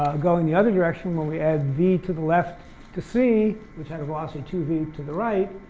going the other direction, when we add v to the left to c, which had a velocity two v to the right,